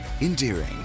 endearing